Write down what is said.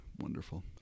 wonderful